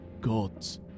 gods